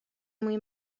موی